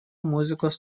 muzikos